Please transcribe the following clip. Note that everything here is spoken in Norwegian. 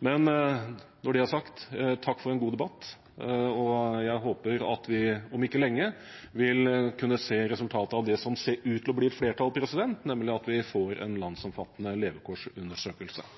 Når det er sagt: Takk for en god debatt, og jeg håper at vi om ikke lenge vil kunne se resultatet av det som ser ut til å få flertall, nemlig at vi får en landsomfattende levekårsundersøkelse.